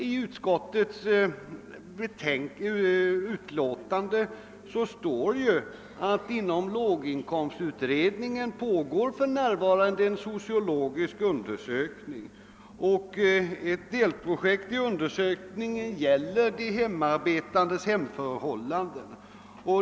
I utskottets utlåtande står det, att det inom låginkomstutredningen för närvarande pågår en sociologisk undersökning och att ett delprojekt i denna gäller de hemarbetandes hemförhållanden.